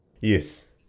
Yes